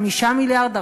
5 מיליארד,